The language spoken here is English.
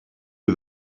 you